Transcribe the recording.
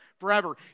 forever